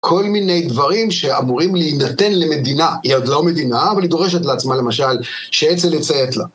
כל מיני דברים שאמורים להינתן למדינה, היא עוד לא מדינה אבל היא דורשת לעצמה למשל שאצ"ל יצא את לה.